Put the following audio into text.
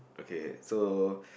okay so